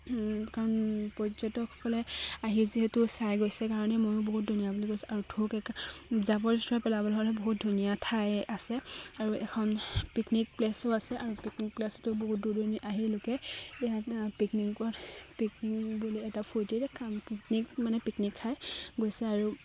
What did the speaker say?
কাৰণ পৰ্যটকসকলে আহি যিহেতু চাই গৈছে কাৰণে ময়ো বহুত ধুনীয়া বুলি কৈছোঁ আৰু জাবৰ জোথৰে পেলাবলৈ হ'লে বহুত ধুনীয়া ঠাই আছে আৰু এখন পিকনিক প্লেছো আছে আৰু পিকনিক প্লেচটো বহুত দূৰ দূৰণিৰ আহি লোকে ইয়াত পিকনিকত পিকনিক বুলি এটা ফূৰ্তি পিকনিক মানে পিকনিক খাই গৈছে আৰু